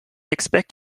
expect